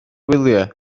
wyliau